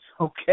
Okay